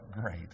great